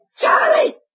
Charlie